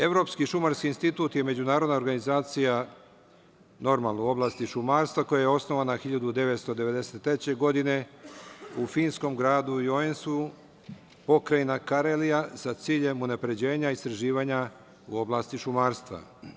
Evropski Šumarski Institut je međunarodna organizacija, normalno, u oblasti šumarstva, koja je osnovana 1993. godine u finskom gradu Joensu, Pokrajina Karelija, sa ciljem unapređenja istraživanja u oblasti šumarstva.